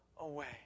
away